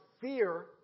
fear